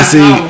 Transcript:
See